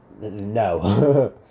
No